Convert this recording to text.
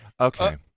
Okay